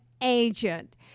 agent